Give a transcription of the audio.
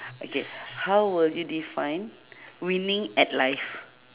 okay how will you define winning at life